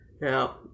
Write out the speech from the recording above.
Now